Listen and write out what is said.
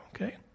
Okay